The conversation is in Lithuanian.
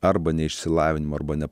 arba neišsilavinimo arba ne